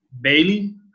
Bailey